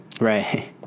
Right